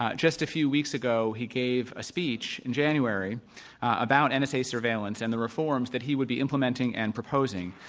ah just a few weeks ago he gave a speech in january about and nsa surveillance and the reforms that he would be implementing and proposing.